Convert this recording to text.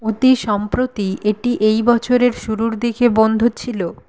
অতি সম্প্রতি এটি এই বছরের শুরুর দিকে বন্ধ ছিল